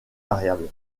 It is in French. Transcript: variable